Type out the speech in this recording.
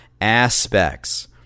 aspects